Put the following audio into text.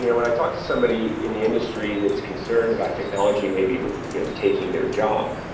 you know when i talk somebody in the industry that's concerned about technology may be you know taking their job,